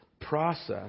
process